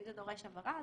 אם זה דורש הבהרה,